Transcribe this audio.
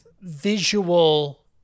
visual